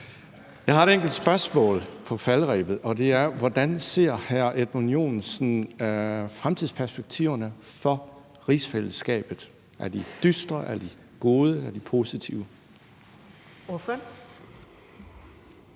Jeg har et enkelt spørgsmål på falderebet. Det er: Hvordan ser hr. Edmund Joensen fremtidsperspektiverne for rigsfællesskabet? Er de dystre, er de gode, er de positive? Kl.